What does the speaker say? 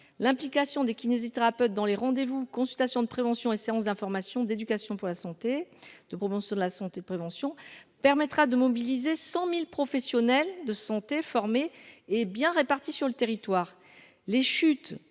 l'implication des kinésithérapeutes dans les rendez-vous consultations de prévention et séances d'information, d'éducation pour la santé de promotion sur la santé de prévention permettra de mobiliser 100000 professionnels de santé formés et bien répartis sur le territoire, les chutes